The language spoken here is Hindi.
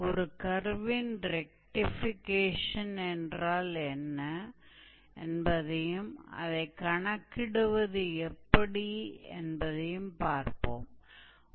तो एक कर्व के रेक्टीफिकेशन से हमारा क्या मतलब है और हम इसकी गणना कैसे करते हैं